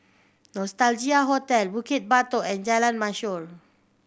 Nostalgia Hotel Bukit Batok and Jalan Mashor